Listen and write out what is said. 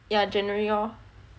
yah january lor